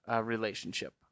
relationship